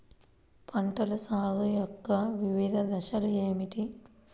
పంటల సాగు యొక్క వివిధ దశలు ఏమిటి?